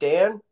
Dan